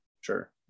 Sure